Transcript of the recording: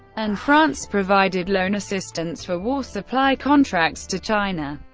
and france provided loan assistance for war supply contracts to china.